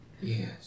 yes